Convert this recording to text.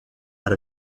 out